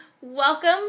welcome